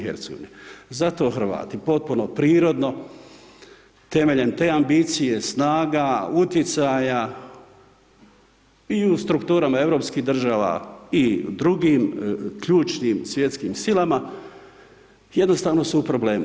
Zato Hrvati potpuno prirodno temeljem te ambicije snaga uticanja i u strukturama europskim država i drugim ključnim svjetskim silama jednostavno su u problemu.